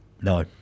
No